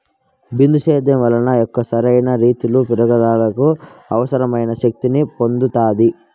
బిందు సేద్యం వలన మొక్క సరైన రీతీలో పెరుగుదలకు అవసరమైన శక్తి ని పొందుతాది